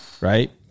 Right